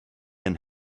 and